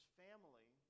family